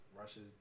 Russia's